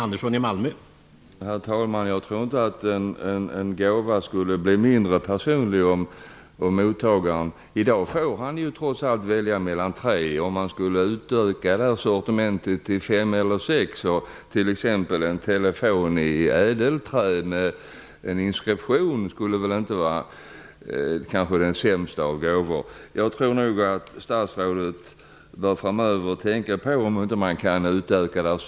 Herr talman! Jag tror inte att en gåva skulle bli mindre personlig om man skulle utöka sortimen tet till fem eller sex saker. I dag får man ju trots allt välja mellan tre olika. En telefon i ädelträ med en inskription skulle väl inte vara den sämsta av gåvor. Jag tror nog att statsrådet framöver bör tänka på om inte sortimentet kan utökas.